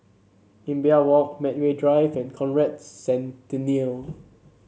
Imbiah Walk Medway Drive and Conrad Centennial